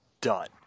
done